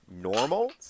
normal